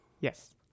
Yes